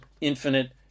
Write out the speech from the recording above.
infinite